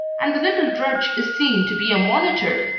and the little drudge is seen to be a monitor,